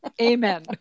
amen